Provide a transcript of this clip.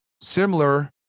similar